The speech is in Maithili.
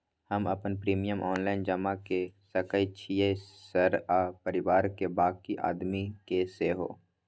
हम अपन प्रीमियम ऑनलाइन जमा के सके छियै सर आ परिवार के बाँकी आदमी के सेहो?